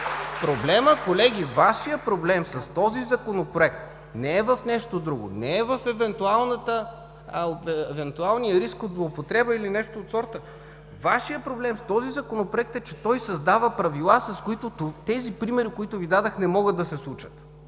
залата. Колеги, Вашият проблем с този Законопроект не е в нещо друго, не е в евентуалния риск от злоупотреба или нещо от сорта. Вашият проблем в този Законопроект е, че той създава правила, с които примерите, които Ви дадох, не могат да се случат.